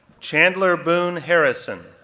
chandler boone harrison,